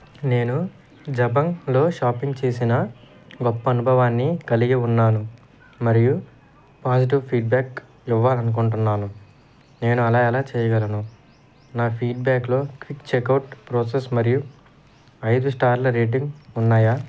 నేను జబాంగ్లో షాపింగ్ చేసిన గొప్ప అనుభవాన్ని కలిగి ఉన్నాను మరియు పాజిటివ్ ఫీడ్బ్యాక్ ఇవ్వాలనుకుంటున్నాను నేను అలా ఎలా చేయగలను నా ఫీడ్బ్యాక్లో క్విక్ చెక్అవుట్ ప్రోసెస్ మరియు ఐదు స్టార్ల రేటింగ్ ఉన్నాయా